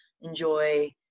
enjoy